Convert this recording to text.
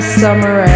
summer